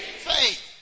Faith